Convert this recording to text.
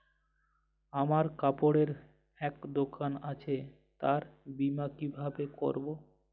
আমার কাপড়ের এক দোকান আছে তার বীমা কিভাবে করবো?